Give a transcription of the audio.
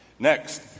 Next